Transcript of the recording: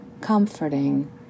comforting